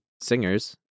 singers